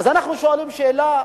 אז אנחנו שואלים שאלה: